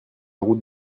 route